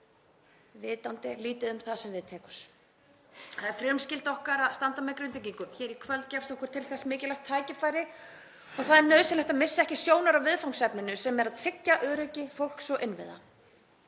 vitandi lítið um það sem við tekur. Það er frumskylda okkar að standa með Grindvíkingum og hér í kvöld gefst okkur til þess mikilvægt tækifæri. Það er nauðsynlegt að missa ekki sjónar á viðfangsefninu sem er að tryggja öryggi fólks og innviði.